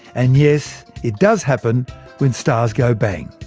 and yes, it does happen when stars go bang.